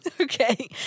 okay